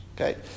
Okay